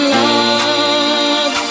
love